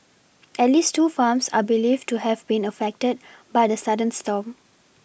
at least two farms are believed to have been affected by the sudden storm